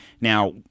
now